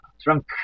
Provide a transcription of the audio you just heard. trunk